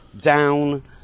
down